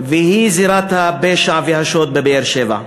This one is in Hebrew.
והיא זירת הפשע והשוד בבאר-שבע.